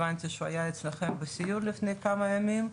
הבנתי שהוא היה אצלכם בסיור לפני כמה ימים.